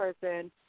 person